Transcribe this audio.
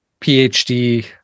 PhD